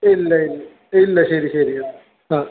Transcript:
ഇല്ല ഇല്ല ഇല്ല ശരി ശരി ആ